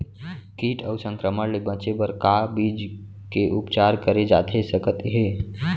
किट अऊ संक्रमण ले बचे बर का बीज के उपचार करे जाथे सकत हे?